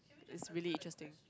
is really interesting